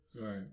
Right